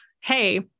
hey